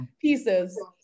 pieces